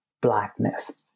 Blackness